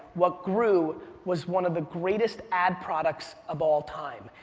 what grew was one of the greatest ad products of all time.